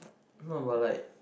no about like